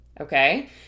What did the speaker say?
okay